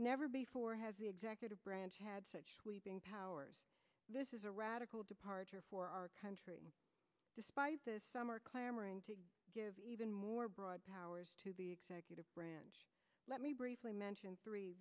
never before has the executive branch had such powers this is a radical departure for our country despite this summer clamoring to give even more broad powers to the executive branch let me briefly mention th